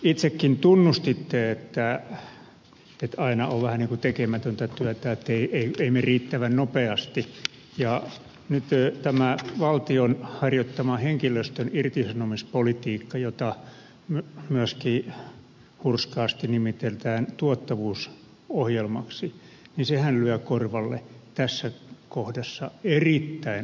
itsekin tunnustitte että aina on vähän niin kuin tekemätöntä työtä ettei mene riittävän nopeasti ja nyt tämä valtion harjoittama henkilöstön irtisanomispolitiikkahan jota myöskin hurskaasti nimitetään tuottavuusohjelmaksi lyö korvalle tässä kohdassa erittäin ankarasti